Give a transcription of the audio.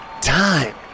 time